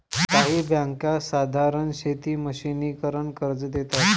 काही बँका साधारण शेती मशिनीकरन कर्ज देतात